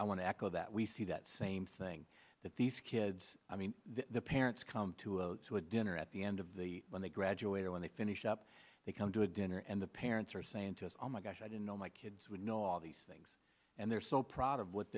i want to echo that we see that same thing that these kids i mean the parents come to a dinner at the end of the when they graduate or when they finish up they come to a dinner and the parents are saying to us all my gosh i didn't know my kids would know all these things and they're so proud of what